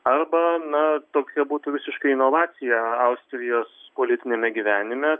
arba na tokia būtų visiška inovacija austrijos politiniame gyvenime